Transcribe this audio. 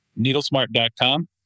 Needlesmart.com